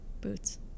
Boots